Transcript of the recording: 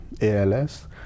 ALS